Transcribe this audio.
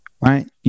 Right